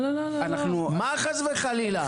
לא, חס וחלילה.